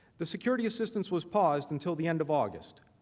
the security assistance was paused until the end of august,